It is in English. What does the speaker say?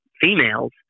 females